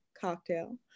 cocktail